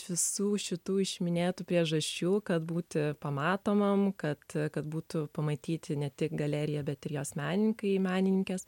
iš visų šitų išminėtų priežasčių kad būti pamatomam kad kad būtų pamatyti ne tik galerija bet ir jos menininkai menininkės